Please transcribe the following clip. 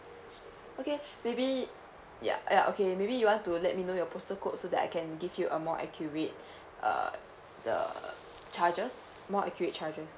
okay maybe yeah yeah okay maybe you want to let me know your postal code so that I can give you a more accurate uh the charges more accurate charges